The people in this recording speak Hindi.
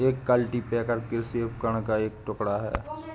एक कल्टीपैकर कृषि उपकरण का एक टुकड़ा है